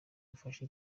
mfashe